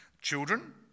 Children